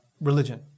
religion